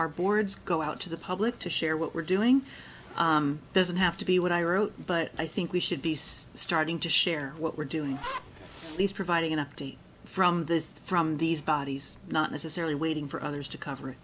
our boards go out to the public to share what we're doing doesn't have to be what i wrote but i think we should be starting to share what we're doing at least providing an update from this from these bodies not necessarily waiting for others to cover it